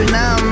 now